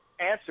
answer